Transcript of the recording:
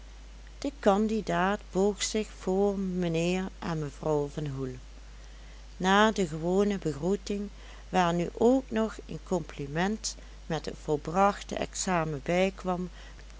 de candidaat boog zich voor mijnheer en mevrouw van hoel na de gewone begroeting waar nu ook nog een compliment met het volbrachte examen bijkwam